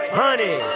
honey